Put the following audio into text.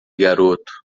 garoto